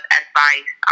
advice